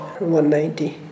190